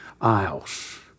Isles